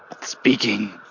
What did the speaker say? speaking